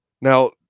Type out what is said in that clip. Now